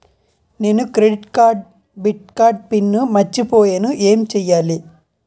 నేను credit card debit card PIN మర్చిపోయేను ఎం చెయ్యాలి?